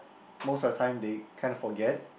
most of the time they kinda forget